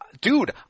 Dude